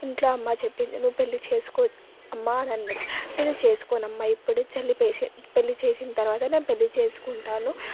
ఇంట్లో అమ్మ చెప్పింది నువ్వు పెళ్ళి చేసుకో అమ్మా అని అన్నది నేను చేసుకోనమ్మా ఇప్పుడే చెల్లి పెళ్ళి చేసిన తర్వాతే నేను పెళ్ళి చేసుకుంటాను